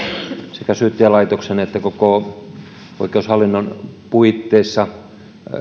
sekä syyttäjälaitoksen että koko oikeushallinnon puitteissa